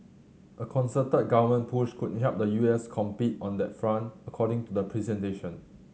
a concerted government push could help the U S compete on that front according to the presentation